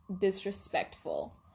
disrespectful